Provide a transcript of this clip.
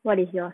what is yours